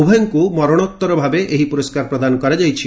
ଉଭୟଙ୍କୁ ମରଶୋତ୍ତର ଭାବେ ଏହି ପୁରସ୍କାର ପ୍ରଦାନ କରାଯାଇଛି